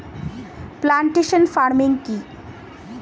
Plantation farming কি?